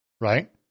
right